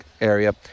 area